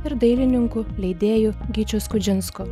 ir dailininkų leidėju gyčiu skudžinsku